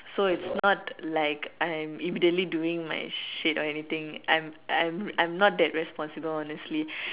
so its not like I'm immediately doing my shit or anything I'm I'm not that responsible honestly